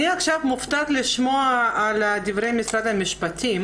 אני עכשיו מופתעת לשמוע את דברי משרד המשפטים